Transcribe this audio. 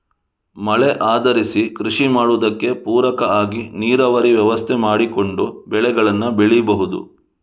ಮಳೆ ಆಧರಿಸಿ ಕೃಷಿ ಮಾಡುದಕ್ಕೆ ಪೂರಕ ಆಗಿ ನೀರಾವರಿ ವ್ಯವಸ್ಥೆ ಮಾಡಿಕೊಂಡು ಬೆಳೆಗಳನ್ನ ಬೆಳೀಬಹುದು